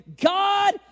God